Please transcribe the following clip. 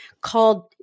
called